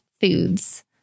foods